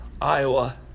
Iowa